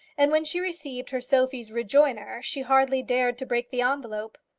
and when she received her sophie's rejoinder, she hardly dared to break the envelope.